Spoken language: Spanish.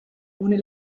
une